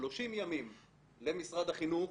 למשרד החינוך,